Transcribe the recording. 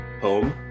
Home